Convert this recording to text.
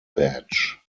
badge